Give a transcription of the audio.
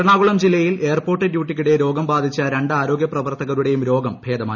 എറണാകുളം ജില്ലയിൽ എയർപോർട്ട് ഡ്യൂട്ടിയ്ക്കിടെ രോഗം ബാധിച്ച രണ്ട് ആരോഗ്യ പ്രവർത്തകരുടേയും രോഗം ഭേദമായി